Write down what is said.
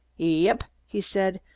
yep! he said,